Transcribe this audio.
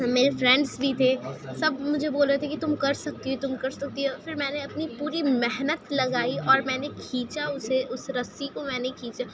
میرے فرینڈز بھی تھے سب مجھے بول رہے تھے کہ تم کر سکتی ہو تم کر سکتی ہو پھر میں نے اپنی پوری محنت لگائی اور میں نے کھینچا اسے اس رسی کو میں نے کھینچا